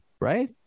right